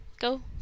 go